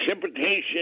precipitation